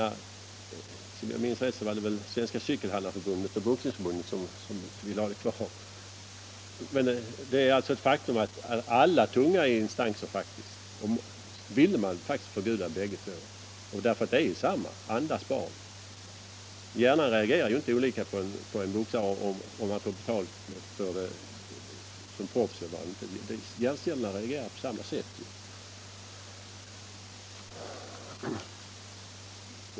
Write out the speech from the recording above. Om jag minns rätt var det bara Svenska cykelhandlarförbundet och Boxningsförbundet som ville ha kvar amatörboxningen. Det är alltså ett faktum att alla de tunga remissinstanserna ville förbjuda både proffsboxning och amatörboxning. De är samma andas barn. Hjärnan reagerar ju inte olika med hänsyn till om boxaren får betalt för boxningen som proffs eller inte. Hjärncellerna reagerar på samma sätt.